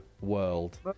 world